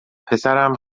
پسرم